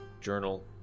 journal